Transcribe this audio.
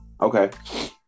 Okay